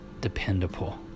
dependable